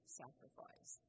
sacrifice